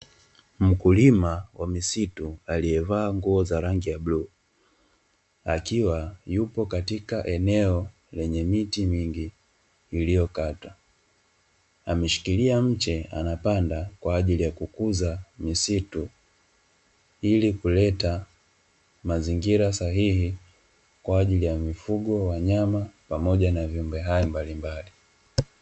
Mkulima wa misitu aliyevaa nguo za rangi ya bluu, akiwa yupo katika eneo lenye miti mingi iliyokatwa. Ameshikilia mche anapanda kwa ajili ya kukuza misitu ili kuleta mazingira sahihi kwa ajili ya mifugo, wanyama pamoja na viumbe hai mbalimbali.